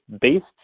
based